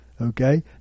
Okay